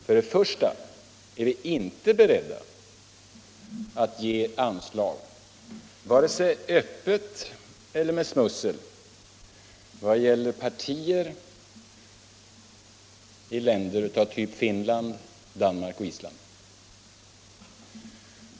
För det första är vi inte beredda att ge anslag, vare sig öppet eller med smussel, till partier i länder av typen Finland, Danmark och Island.